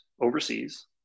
overseas